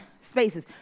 spaces